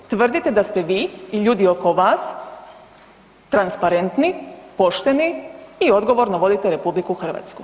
Tvrdite da ste vi i ljudi oko vas transparentni, pošteni i odgovorno vodite RH.